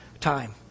time